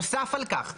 נוסף על כך,